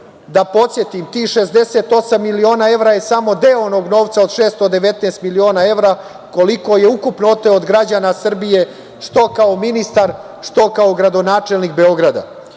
Da podsetim, tih 68 miliona evra je samo deo onog novca od 619 miliona evra koliko je ukupno oteo od građana Srbije što kao ministar, što kao gradonačelnik Beograda.S